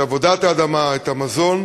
בעבודת האדמה את המזון.